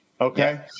Okay